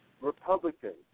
Republicans